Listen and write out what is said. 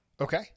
okay